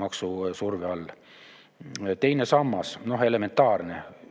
maksusurve all. Teine sammas – elementaarne, iga